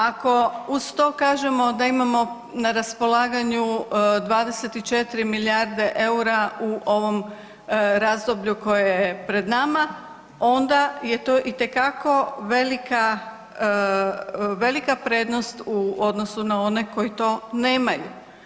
Ako uz to kažemo da imamo na raspolaganju 24 milijarde eura u ovom razdoblju koje je pred nama, onda je to itekako velika prednost u odnosu na one koji to nemaju.